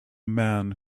man